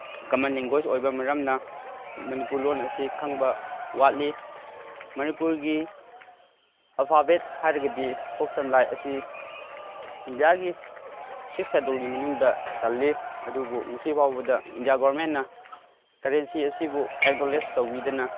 ꯀꯃꯟ language ꯑꯣꯏꯕ ꯃꯔꯝꯅ ꯃꯅꯤꯄꯨꯔ ꯂꯣꯟ ꯑꯁꯤ ꯈꯪꯕ ꯋꯥꯠꯂꯤ ꯃꯅꯤꯄꯨꯔꯒꯤ ꯑꯜꯐꯥꯕꯦꯠ ꯍꯥꯏꯔꯒꯗꯤ ꯀꯣꯛ ꯁꯝ ꯂꯥꯏ ꯑꯁꯤ ꯏꯟꯗꯤꯌꯥꯒꯤ ꯁꯤꯛꯁ ꯁꯦꯗꯨꯜꯒꯤ ꯃꯅꯨꯡꯗ ꯆꯜꯂꯤ ꯑꯗꯨꯕꯨ ꯉꯁꯤ ꯐꯥꯎꯕꯗ ꯏꯟꯗꯤꯌꯥ ꯒꯔꯃꯦꯟꯅ ꯀꯔꯦꯟꯁꯤ ꯑꯁꯤꯕꯨ ꯑꯦꯛꯅꯣꯂꯦꯖ ꯇꯧꯕꯤꯗꯅ